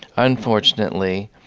unfortunately,